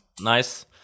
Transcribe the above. Nice